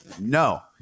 no